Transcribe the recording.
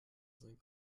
sein